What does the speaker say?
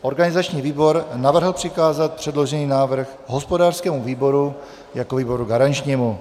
Organizační výbor navrhl přikázat předložený návrh hospodářskému výboru jako výboru garančnímu.